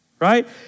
right